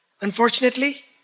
Unfortunately